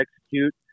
execute